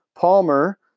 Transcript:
Palmer